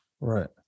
Right